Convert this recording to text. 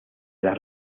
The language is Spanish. las